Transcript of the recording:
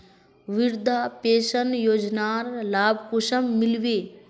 वृद्धा पेंशन योजनार लाभ कुंसम मिलबे?